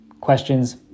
questions